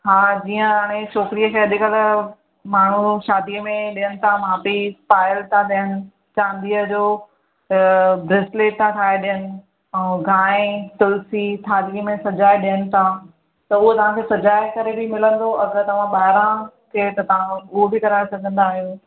हा जीअं हाणे छोकिरीअ खे अॼुकल्ह माण्हू शादीअ में ॾियनि त माउ पीउ पायल था ॾियनि चांदीअ जो ब्रेस्लेट था ठाहे ॾियनि ऐं गांइ तुलसी थाली में सजाए ॾियनि त त उहो तव्हांखे सजाए करे बि मिलंदो अगरि तव्हां ॿाहिरां प्लेट तव्हां उहो बि कराए सघंदा आयो